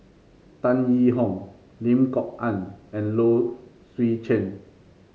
Tan Yee Hong Lim Kok Ann and Low Swee Chen